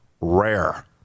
rare